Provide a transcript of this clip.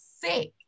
sick